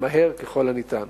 מהר ככל הניתן.